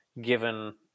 given